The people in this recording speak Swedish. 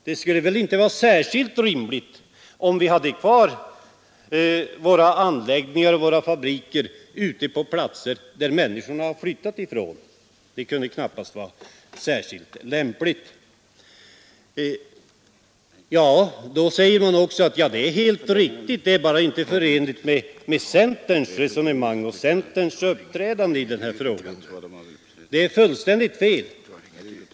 Det skulle väl inte vara särskilt rimligt, om vi hade kvar våra anläggningar och våra fabriker på platser som människorna har flyttat ifrån. Det skulle knappast vara lämpligt. Då säger man att det är helt riktigt — det är bara inte förenligt med centerns resonemang och centerns uppträdande i den här frågan. Det är fullständigt fel.